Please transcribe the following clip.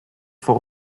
voor